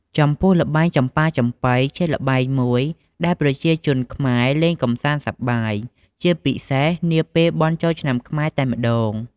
ចំពោះល្បែងចំប៉ាចំប៉ី ជាល្បែងមួយដែលប្រជាជនខ្មែរលេងកម្សាន្តសប្បាយ ជាពិសេសនាពេលបុណ្យចូលឆ្នាំខ្មែរតែម្ដង។